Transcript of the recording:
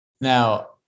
Now